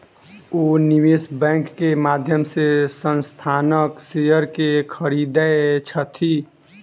ओ निवेश बैंक के माध्यम से संस्थानक शेयर के खरीदै छथि